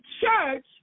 church